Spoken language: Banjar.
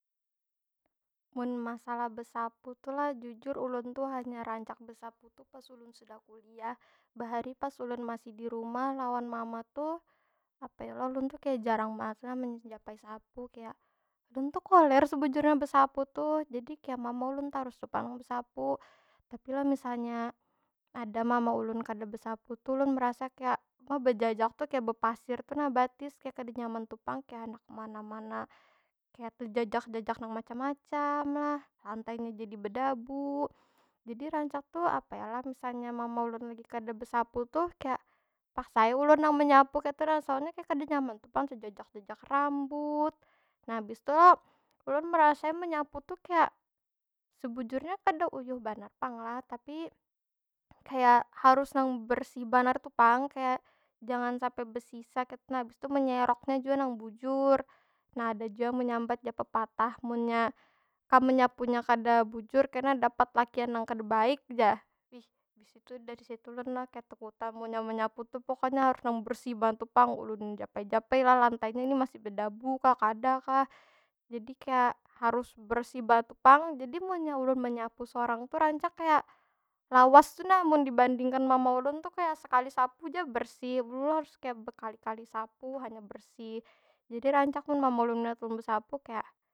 Mun masalah besapu tu lah, jujur ulun tu hanya rancak besapu tu pas ulun sudah kuliah. Bahari pas ulun masih di rumah lawan mama tuh, apa yo lah? Ulun tu kaya jarang banar tu nah menjapai sapu. Kaya, ulun tu koler sebujurnya besapu tuh. Jadi kaya, mama ulun tarus tu pang besapu. tapi lo misalnya ada mama ulun kada besapu tu, ulun merasa kaya, ma bejajak tu kaya bepasir tu nah batis. Kaya kada nyaman tu pang. Kaya, kaya tejajak- jajak nang macam- macam lah, lantainya jadi bedabu. Jadi rancak tu, apa yo lah? Misalnya mama ulun nih kada besapu tuh, kaya paksa ai ulun nang menyapu kaytu nah. Soalnya kaya kada nyaman tu pang tejajak- jajak rambut. Nah abis tu lo, ulun merasai menyapu tu kaya, sebujurnya kada uyuh banar pang lah. Tapi, kaya harus nang bersih banar tu pang. Kaya, jangan sampai besisa kaytu nah. Habis tu menyeroknya jua nang bujur. Nah, ada jua yang menyambat jar pepatah, munnya kam menyapunya kada bujur kena dapat lakian nang kada baik jar. Wih, abis itu dari situ ulun lo kaya takutan. Munnya menyapu tu pokonya harus nang bersih banar tu pang. Ulun japai- japai lah lantainya, ini masih bedabu kah kada kah? Jadi kaya, harus bersih banar tu pang. Jadi munnya ulun menyapu sorang tu rancak kaya, lawas tu nah. Mun dibandingkan mama ulun tu kaya, sekali sapu ja bersih. Ulun kaya harus berkali- kali sapu hanyar bersih. Jadi rancak mun mama ulun melihat ulun besapu, kaya.